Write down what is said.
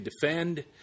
defend